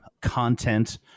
content